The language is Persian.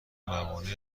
موانع